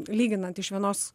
lyginant iš vienos